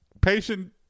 Patient